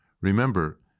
Remember